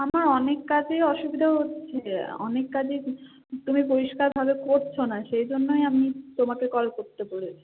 আমার অনেক কাজেই অসুবিধা হচ্ছে অনেক কাজেই তুমি পরিষ্কারভাবে করছ না সেই জন্যই আমি তোমাকে কল করতে বলেছি